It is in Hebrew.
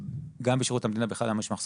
גם בשירות המדינה בכלל היום יש מחסור